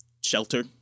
shelter